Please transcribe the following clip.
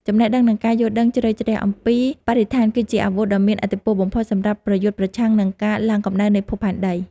ចំណេះដឹងនិងការយល់ដឹងជ្រៅជ្រះអំពីបរិស្ថានគឺជាអាវុធដ៏មានឥទ្ធិពលបំផុតសម្រាប់ប្រយុទ្ធប្រឆាំងនឹងការឡើងកម្ដៅនៃភពផែនដី។